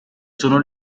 sono